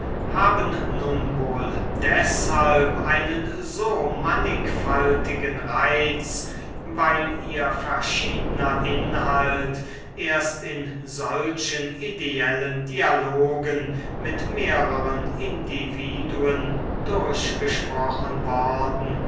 haben nun wohl deshalb einen so mannigfaltigen reiz weil ihr verschiedener inhalt erst in solchen ideellen dialogen mit mehreren individuen durchgesprochen worden